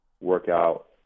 workout